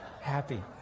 happy